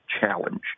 challenge